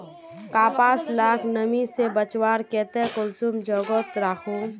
कपास लाक नमी से बचवार केते कुंसम जोगोत राखुम?